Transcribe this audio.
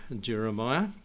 Jeremiah